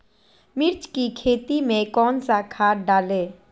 मिर्च की खेती में कौन सा खाद डालें?